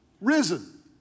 risen